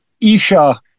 Isha